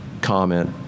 comment